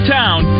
town